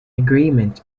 agreement